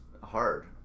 hard